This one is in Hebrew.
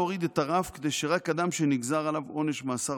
מוצע להוריד את הרף כדי שרק אדם שנגזר עליו עונש מאסר